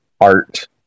art